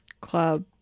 club